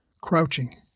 Crouching